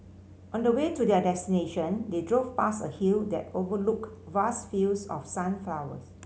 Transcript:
on the way to their destination they drove past a hill that overlooked vast fields of sunflowers